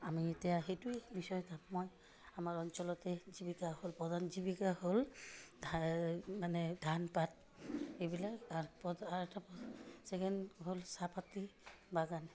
আমি এতিয়া সেইটোৱেই মই আমাৰ অঞ্চলতে জীৱিকা হ'ল প্ৰধান জীৱিকা হ'ল মানে ধানপাত এইবিলাক ছেকেণ্ড হ'ল চাহপাতৰ বাগান